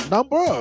Number